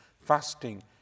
fasting